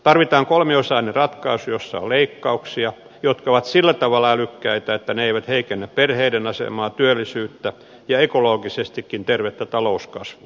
tarvitaan kolmiosainen ratkaisu jossa on leikkauksia jotka ovat sillä tavalla älykkäitä että ne eivät heikennä perheiden asemaa työllisyyttä ja ekologisestikin tervettä talouskasvua